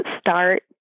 start